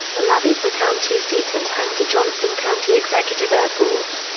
olathe is the county seat and home to johnson county executive airport.